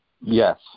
Yes